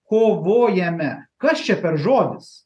kovojame kas čia per žodis